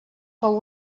fou